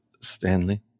Stanley